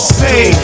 say